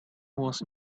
was